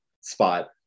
spot